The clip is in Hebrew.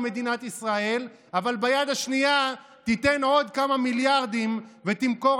מדינת ישראל וביד השנייה תיתן עוד כמה מיליארדים ותמכור